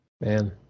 Man